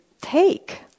take